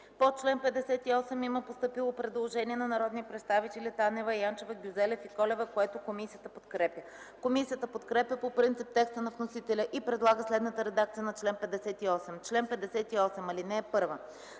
по принцип. Има постъпило предложение на народните представители Танева, Янчева, Гюзелев и Колева, което комисията подкрепя. Комисията подкрепя по принцип текста на вносителя и предлага следната редакция на чл. 71: „Чл. 71. (1) За